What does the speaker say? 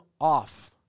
off